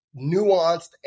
nuanced